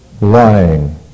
lying